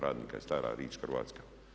Radnika je stara riječ hrvatska.